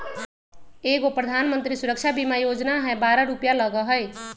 एगो प्रधानमंत्री सुरक्षा बीमा योजना है बारह रु लगहई?